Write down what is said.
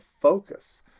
focus